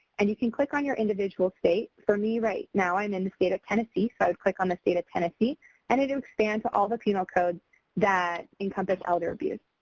and you can click on your individual state. for me right now, i'm in the state of tennessee so i would click on the state of tennessee and it expands to all the penal codes that encompass elder abuse.